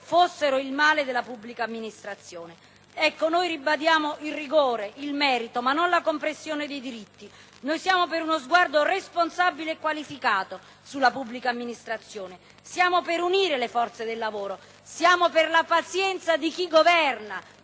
fossero il male della pubblica amministrazione. Ecco, noi ribadiamo il rigore, il merito ma non la compressione dei diritti. Siamo per uno sguardo responsabile e qualificato sulla pubblica amministrazione; siamo per unire le forze del lavoro, siamo per la pazienza di chi governa,